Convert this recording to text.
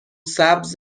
سبز